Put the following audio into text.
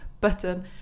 button